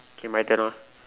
K my turn ah